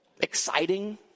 exciting